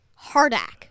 Hardak